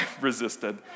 resisted